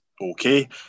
okay